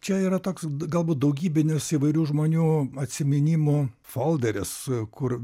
čia yra toks galbūt daugybinis įvairių žmonių atsiminimų folderis kur